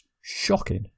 Shocking